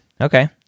Okay